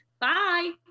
bye